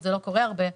שזה לא קורה הרבה,